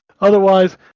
Otherwise